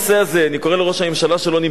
אני קורא לראש הממשלה שלא נמצא כאן,